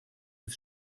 des